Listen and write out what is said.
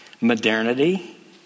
modernity